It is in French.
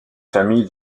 familles